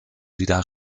wieder